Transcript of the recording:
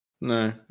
No